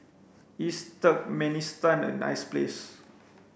is Turkmenistan a nice place